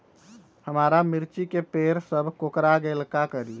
हमारा मिर्ची के पेड़ सब कोकरा गेल का करी?